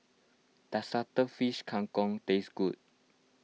does Cuttlefish Kang Kong taste good